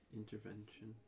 intervention